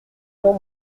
quand